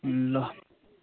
ल